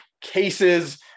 cases